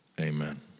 Amen